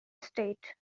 state